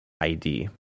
ID